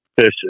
fish